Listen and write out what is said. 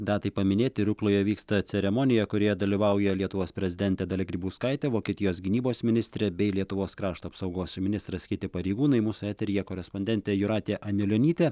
datai paminėti rukloje vyksta ceremonija kurioje dalyvauja lietuvos prezidentė dalia grybauskaitė vokietijos gynybos ministrė bei lietuvos krašto apsaugos ministras kiti pareigūnai mūsų eteryje korespondentė jūratė anilionytė